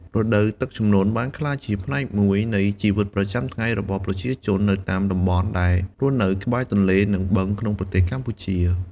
រដូវទឹកជំនន់បានក្លាយជាផ្នែកមួយនៃជីវិតប្រចាំថ្ងៃរបស់ប្រជាជននៅតាមតំបន់ដែលរស់នៅក្បែរទន្លេនិងបឹងក្នុងប្រទេសកម្ពុជា។